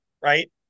right